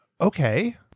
Okay